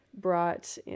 brought